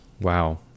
Wow